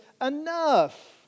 enough